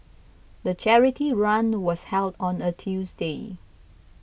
the charity run was held on a Tuesday